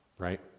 right